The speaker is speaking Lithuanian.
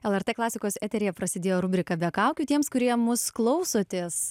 lrt klasikos eteryje prasidėjo rubrika be kaukių tiems kurie mus klausotės